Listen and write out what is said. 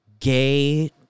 gay